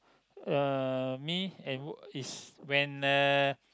uh me and is when uh